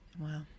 Wow